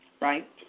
Right